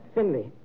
Finley